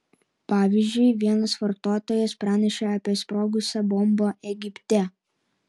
pavyzdžiui vienas vartotojas pranešė apie sprogusią bombą egipte